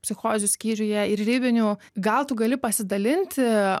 psichozių skyriuje ir ribinių gal tu gali pasidalinti